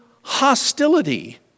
hostility